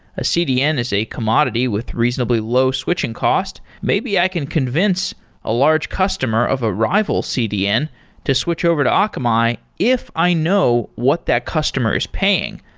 a cdn is a commodity with reasonably low-switching cost. maybe i can convince a large customer of a rival cdn to switch over to akamai if i know what that customer is paying.